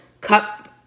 Cup